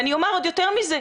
אני אומר עוד יותר מזה,